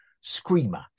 screamer